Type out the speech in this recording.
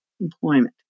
employment